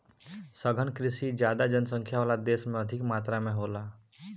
सघन कृषि ज्यादा जनसंख्या वाला देश में अधिक मात्रा में होला